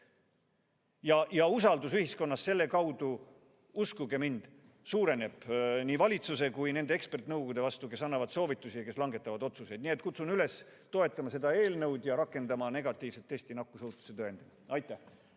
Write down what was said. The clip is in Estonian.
Usaldus ühiskonnas selle kaudu, uskuge mind, suureneb nii valitsuse kui ka eksperdinõukodade vastu, kes annavad soovitusi ja langetavad otsuseid. Nii et kutsun üles toetama seda eelnõu ja rakendama negatiivset testi nakkusohutuse tõendina. Aitäh!